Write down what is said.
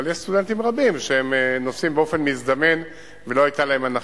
אבל יש סטודנטים רבים שנוסעים באופן מזדמן ולא היתה להם הנחה.